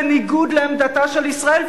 בניגוד לעמדתה של ישראל,